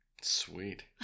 Sweet